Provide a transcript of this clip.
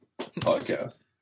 podcast